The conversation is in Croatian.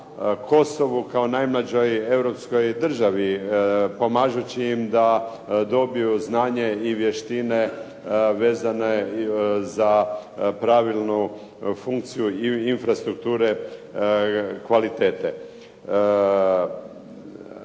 Kosovu kao najmlađoj europskoj državi, pomažući im da dobiju znanje i vještine vezane za pravilnu funkciju i infrastrukture kvalitete.